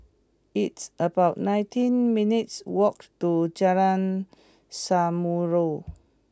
it's about nineteen minutes' walk to Jalan Samulun